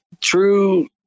true